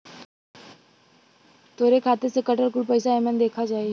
तोहरे खाते से कटल कुल पइसा एमन देखा जाई